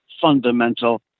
fundamental